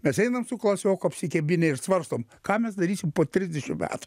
mes einam su klasioku apsikabinę ir svarstome ką mes darysim po trisdešim metų